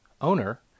owner